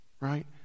right